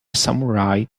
samurai